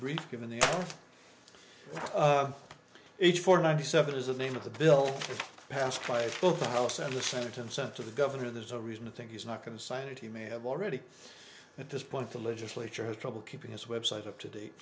brief given the age for ninety seven is the name of the bill passed by both the house and the senate and sent to the governor there's a reason to think he's not going to sign it he may have already at this point the legislature has trouble keeping his website up to date